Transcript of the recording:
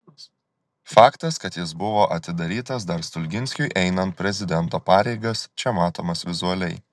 faktas kad jis buvo atidarytas dar stulginskiui einant prezidento pareigas čia matomas vizualiai